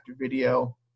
video